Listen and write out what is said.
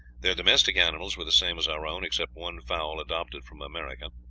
their domestic animals were the same as our own, except one fowl adopted from america.